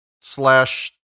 slash